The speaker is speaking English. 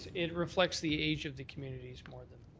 it reflects the age of the communities more than.